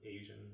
Asian